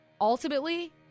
ultimately